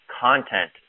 content